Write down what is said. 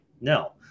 No